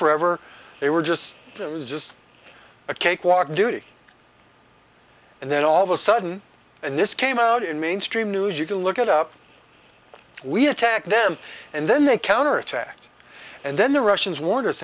forever they were just just a cakewalk duty and then all of a sudden and this came out in mainstream news you can look it up we attack them and then they counterattack and then the russians wa